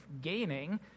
gaining